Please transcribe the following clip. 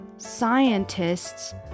Scientists